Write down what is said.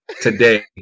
today